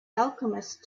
alchemist